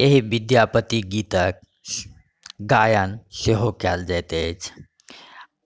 एहि विद्यापति गीतके गायन सेहो कयल जाइत अछि